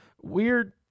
weird